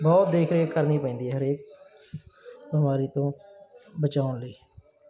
ਬਹੁਤ ਦੇਖ ਰੇਖ ਕਰਨੀ ਪੈਂਦੀ ਹਰੇਕ ਬਿਮਾਰੀ ਤੋਂ ਬਚਾਉਣ ਲਈ